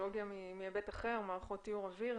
טכנולוגיה מהיבט אחר, מערכות טיהור אויר.